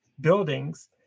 buildings